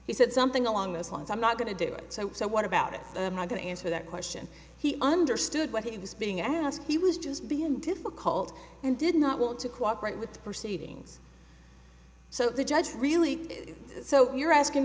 he said something along those lines i'm not going to do it so what about it i'm going to answer that question he understood what he was being asked he was just being difficult and did not want to cooperate with perceiving so the judge really so you're asking